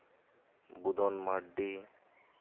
Budhan Mardi